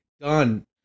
done